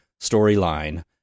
storyline